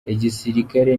igisirikare